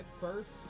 first